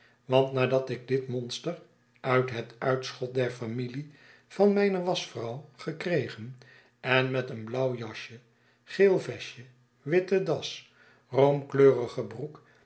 want nadat ik dit monster uit het uitschot der familie van mijne waschvrouw gekregen en met een blauw jasje geel vestje witte das roomkleurige broek